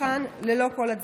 שלא סובל מזמני המתנה ממושכים,